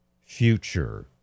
future